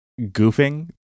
goofing